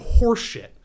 horseshit